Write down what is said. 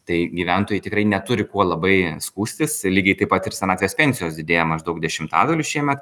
tai gyventojai tikrai neturi kuo labai skųstis lygiai taip pat ir senatvės pensijos didėja maždaug dešimtadaliu šiemet